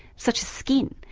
such as skin.